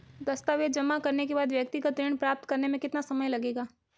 दस्तावेज़ जमा करने के बाद व्यक्तिगत ऋण प्राप्त करने में कितना समय लगेगा?